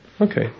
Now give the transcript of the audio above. Okay